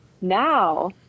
Now